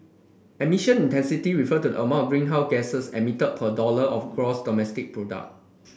emission intensity refer to the amount of greenhouse gas's emitted per dollar of gross domestic product